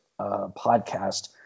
podcast